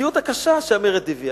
המציאות הקשה שהמרד הביא.